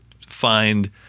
find